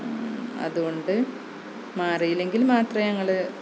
അതുകൊണ്ട് മാറിയില്ലെങ്കിൽ മാത്രമേ ഞങ്ങള്